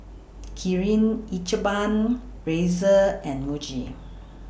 Kirin Ichiban Razer and Muji